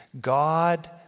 God